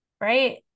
right